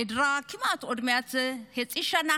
כמעט, עוד מעט חצי שנה